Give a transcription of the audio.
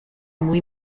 muy